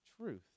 truth